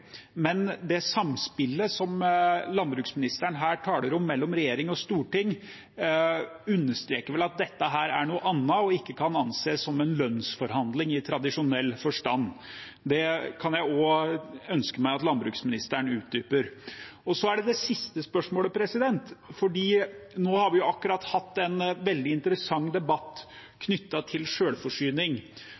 men det samspillet som landbruksministeren taler om mellom regjering og storting, understreker vel at dette er noe annet og ikke kan anses som lønnsforhandling i tradisjonell forstand. Det kan jeg også ønske meg at landbruksministeren utdyper. Så er det det siste spørsmålet. Nå har vi akkurat hatt en veldig interessant debatt knyttet til